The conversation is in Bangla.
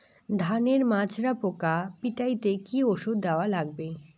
ধানের মাজরা পোকা পিটাইতে কি ওষুধ দেওয়া লাগবে?